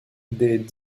des